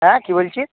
হ্যাঁ কি বলছিস